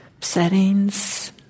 settings